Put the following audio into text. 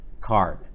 card